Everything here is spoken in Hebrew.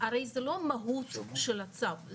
הרי זה לא מהות של הצו,